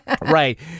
Right